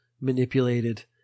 manipulated